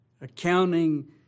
Accounting